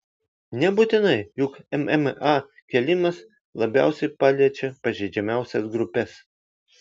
nebūtinai juk mma kėlimas labiausiai paliečia pažeidžiamiausias grupes